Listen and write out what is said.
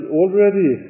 already